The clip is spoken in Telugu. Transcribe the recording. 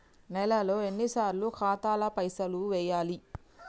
నెలలో ఎన్నిసార్లు ఖాతాల పైసలు వెయ్యాలి?